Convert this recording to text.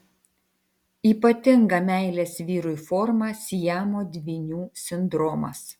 ypatinga meilės vyrui forma siamo dvynių sindromas